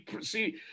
see